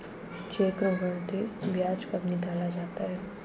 चक्रवर्धी ब्याज कब निकाला जाता है?